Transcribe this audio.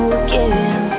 again